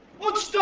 what's